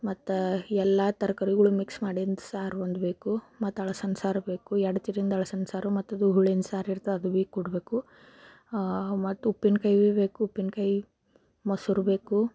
ಮತ್ತೆ ಎಲ್ಲ ತರಕಾರಿಗಳು ಮಿಕ್ಸ್ ಮಾಡಿದ್ದು ಸಾರು ಒಂದು ಬೇಕು ಮತ್ತೆ ಅಳಸನ ಸಾರು ಬೇಕು ಎರಡು ತಿವಿಂದು ಅಳಸನ ಸಾರು ಮತ್ತದು ಹೋಳಿನ ಸಾರು ಇರ್ತದೆ ಅದು ಭೀ ಕೊಡ್ಬೇಕು ಮತ್ತು ಉಪ್ಪಿನ ಕಾಯಿ ಭೀ ಬೇಕು ಉಪ್ಪಿನ ಕಾಯಿ ಮೊಸರು ಬೇಕು